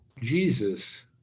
Jesus